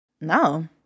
No